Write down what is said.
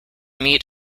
meet